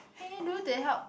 what can you do to help